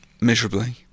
Miserably